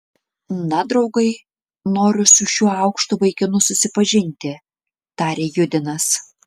na draugai noriu su šiuo aukštu vaikinu susipažinti tarė judinas